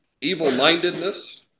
evil-mindedness